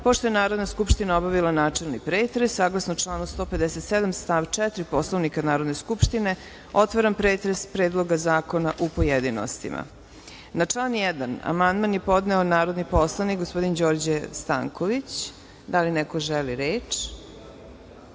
je Narodna skupština obavila načelni pretres, saglasno članu 157. stav 4. Poslovnika Narodne skupštine, otvaram pretres Predloga zakona u pojedinostima. Na član 1. amandman je podneo narodni poslanik gospodin Đorđe Stanković. Da li neko želi reč? Reč